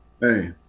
Hey